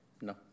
No